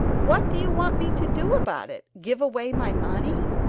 what do you want me to do about it, give away my money?